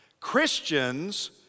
Christians